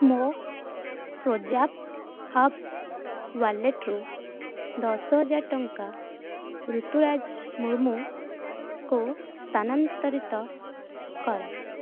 ମୋ PayZapp app ୱାଲେଟରୁ ଦଶହାଜରେ ଟଙ୍କା ରୁତୁରାଜ ମୁର୍ମୁଙ୍କୁ ସ୍ଥାନାନ୍ତରିତ କର